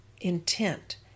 intent